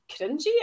cringy